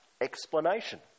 explanation